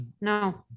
no